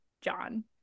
John